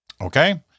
Okay